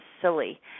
silly